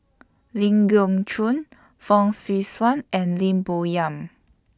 Ling Geok Choon Fong Swee Suan and Lim Bo Yam